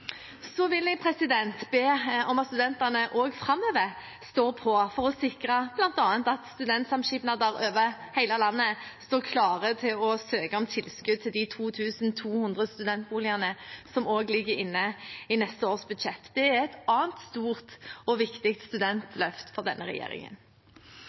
Så vil jeg be om at studentene også framover står på bl.a. for å sikre at studentsamskipnader over hele landet står klare til å søke om tilskudd til de 2 200 studentboligene som også ligger inne i neste års budsjett. Det er et annet stort og viktig